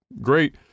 great